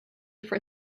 for